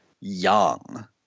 young